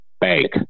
bank